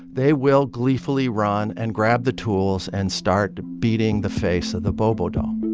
they will gleefully run and grab the tools and start beating the face of the bobo doll